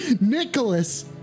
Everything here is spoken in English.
Nicholas